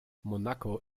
monaco